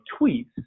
tweets